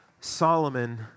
Solomon